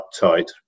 uptight